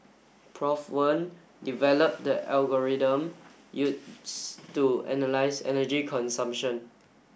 Prof Wen developed the algorithm use to analyse energy consumption